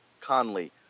conley